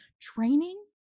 Training